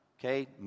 Okay